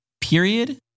period